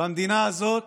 במדינה הזאת,